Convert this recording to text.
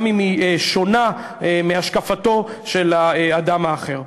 גם אם היא שונה מהשקפתו של האדם האחר.